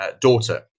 daughter